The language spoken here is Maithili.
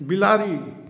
बिलाड़ि